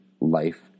life